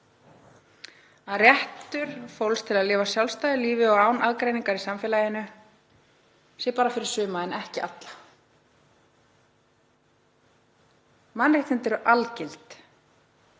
að réttur fólks til að lifa sjálfstæðu lífi og án aðgreiningar í samfélaginu sé bara fyrir suma en ekki alla. Mannréttindi eru algild.